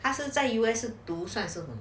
他是在 N_U_S 是算什么